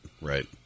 right